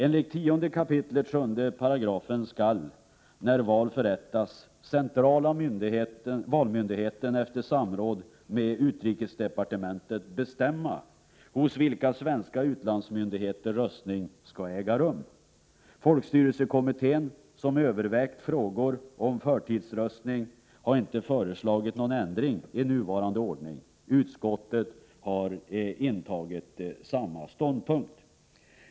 Enligt 10 kap. 7 § skall, när val förrättas, centrala valmyndigheten efter samråd med utrikesdepartementet bestämma hos vilka svenska utlandsmyndigheter röstning skall äga rum. Folkstyrelsekommittén, som övervägt frågor om förtidsröstning, har inte föreslagit någon ändring i nuvarande ordning. Utskottet har intagit samma ståndpunkt.